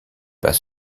pas